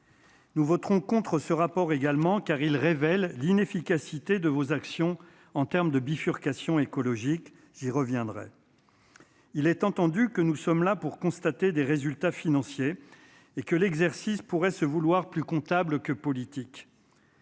Nous voterons contre ce rapport également car il révèle l'inefficacité de vos actions en terme de bifurcation écologique, j'y reviendrai. Il est entendu que nous sommes là pour constater des résultats financiers et que l'exercice pourrait se vouloir plus comptable que politique.